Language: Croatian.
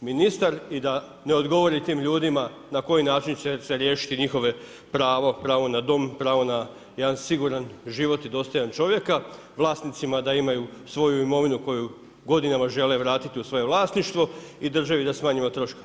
ministar i da ne odgovori tim ljudima na koji način će se riješiti njihova prava, pravo na dom, pravo na jedan siguran život dostojan čovjeka, vlasnicima da imaju svoju imovinu koju godinama žele vratiti u svoje vlasništvo i državi da smanjimo troškove.